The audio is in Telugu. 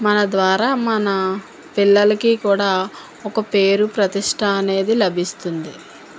మన ద్వారా మన పిల్లలకు కూడా ఒక పేరు ప్రతిష్ట అనేది లభిస్తుంది